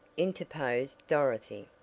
interposed dorothy,